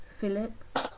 Philip